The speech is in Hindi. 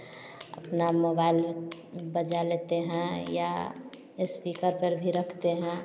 अपना मोबाइल बजा लेते हैं या इस्पीकर पर भी रखते हैं